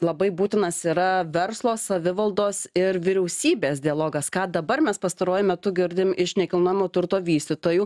labai būtinas yra verslo savivaldos ir vyriausybės dialogas ką dabar mes pastaruoju metu girdim iš nekilnojamo turto vystytojų